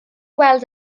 weld